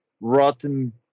rotten